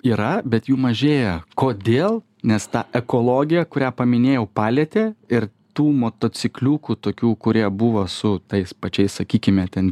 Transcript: yra bet jų mažėja kodėl nes ta ekologija kurią paminėjau palietė ir tų motocikliukų tokių kurie buvo su tais pačiais sakykime ten